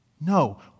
No